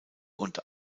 und